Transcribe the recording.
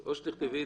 או שתכתבי,